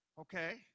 Okay